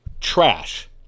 trash